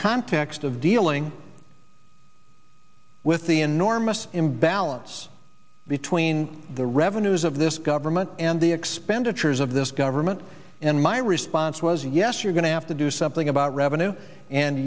context of dealing with the enormous imbalance between the revenues of this government and the expenditures of this government and my response was yes you're going to have to do something about revenue and